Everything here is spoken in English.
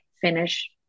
finish